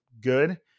Good